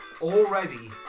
Already